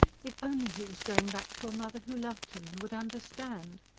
if only he was going back to a mother who loved him, and would understand.